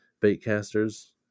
baitcasters